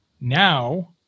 Now